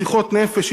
שיחות נפש,